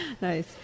Nice